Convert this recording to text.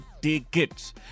tickets